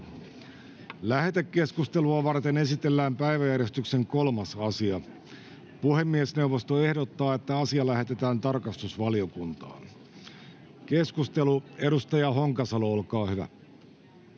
Lähetekeskustelua varten esitellään päiväjärjestyksen 3. asia. Puhemiesneuvosto ehdottaa, että asia lähetetään tarkastusvaliokuntaan. — Keskustelu, edustaja Honkasalo, olkaa hyvä.